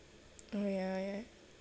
oh ya ya